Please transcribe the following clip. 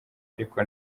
ariko